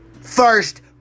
First